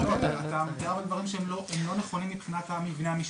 תיארת דברים שהם לא נכונים מבחינת המבנה המשפטי.